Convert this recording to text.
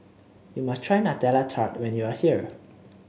you must try Nutella Tart when you are here